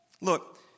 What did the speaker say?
Look